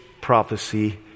prophecy